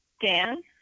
Dan